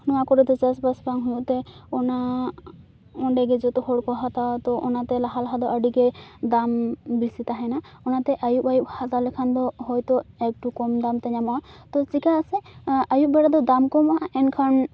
ᱱᱚᱣᱟ ᱠᱚᱨᱮ ᱫᱚ ᱪᱟᱥᱵᱟᱥ ᱵᱟᱝ ᱦᱩᱭᱩᱜ ᱛᱮ ᱚᱱᱟ ᱚᱸᱰᱮᱜᱮ ᱡᱚᱛᱚ ᱦᱚᱲ ᱠᱚ ᱦᱟᱛᱟᱣᱟ ᱛᱚ ᱚᱱᱟᱛᱮ ᱞᱟᱦᱟ ᱞᱟᱦᱟ ᱫᱚ ᱟᱹᱰᱤᱜᱮ ᱫᱟᱢ ᱵᱤᱥᱤ ᱛᱟᱦᱮᱱᱟ ᱚᱱᱟᱛᱮ ᱟᱹᱭᱩᱵ ᱟᱹᱭᱩᱵ ᱦᱟᱛᱟᱣ ᱞᱮᱠᱷᱟᱱ ᱫᱚ ᱦᱚᱭᱛᱳ ᱮᱠᱴᱩ ᱠᱚᱢ ᱫᱟᱢ ᱛᱮ ᱧᱟᱢᱚᱜᱼᱟ ᱛᱚ ᱪᱤᱠᱟᱹᱜᱼᱟ ᱥᱮ ᱟᱹᱭᱩᱵ ᱵᱮᱲᱟ ᱫᱚ ᱫᱟᱢ ᱠᱚᱢᱚᱜᱼᱟ ᱮᱱᱠᱷᱟᱱ